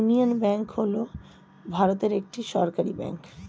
union Bank হল ভারতের একটি সরকারি ব্যাঙ্ক